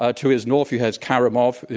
ah to his north he has karimov,